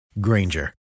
Granger